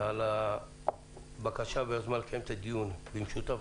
על הבקשה והיוזמה לקיים את הדיון במשותף.